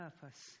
purpose